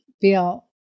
feel